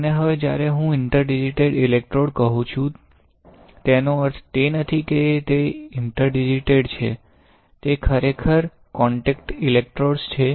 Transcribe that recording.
અને હવે જ્યારે હું ઇન્ટરડિજિટેટ ઇલેક્ટ્રોડ્સ કહું છું તેનો અર્થ તે નથી કે તે ઇન્ટરડિજિટેટ છે તે ખરેખર કોન્ટેક્ટ ઇલેક્ટ્રોડ્સ છે